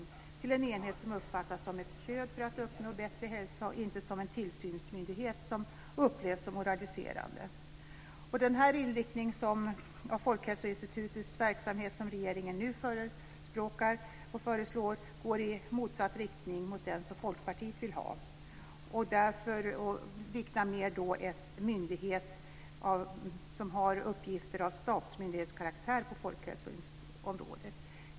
Det hade blivit en enhet som hade uppfattats som ett stöd för att uppnå bättre hälsa och inte som en tillsynsmyndighet som upplevs som moraliserande. Den inriktning av Folkhälsoinstitutets verksamhet som regeringen nu föreslår går i motsatt riktning mot den som Folkpartiet vill ha. Myndigheten skulle mer få stabsmyndighetskaraktär på folkhälsoområdet.